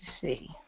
See